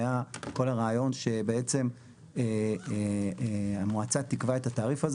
היה את כל הרעיון שבעצם המועצה תגבה את התעריף הזה